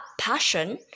passion